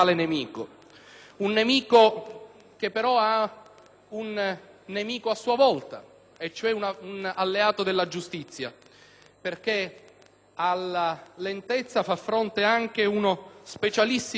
Un nemico che, però, ha un nemico a sua volta, cioè un alleato della giustizia: alla lentezza fa fronte anche uno specialissimo esercito